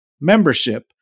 Membership